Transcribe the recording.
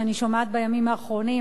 שאני שומעת בימים האחרונים,